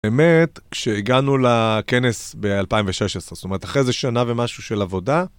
באמת, כשהגענו לכנס ב-2016, זאת אומרת אחרי איזה שנה ומשהו של עבודה